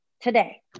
today